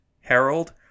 Harold